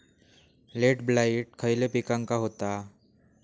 Late blight खयले पिकांका होता?